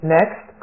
Next